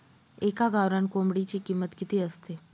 एका गावरान कोंबडीची किंमत किती असते?